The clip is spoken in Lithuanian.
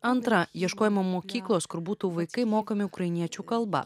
antra ieškojome mokyklos kur būtų vaikai mokomi ukrainiečių kalba